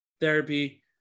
therapy